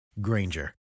Granger